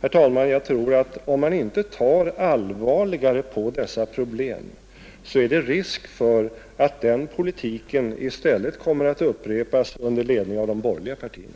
Herr talman! Jag tror att det, om man inte tar allvarligare på dessa problem, är risk för att den politiken i stället kommer att upprepas under ledning av de borgerliga partierna.